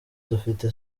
dufite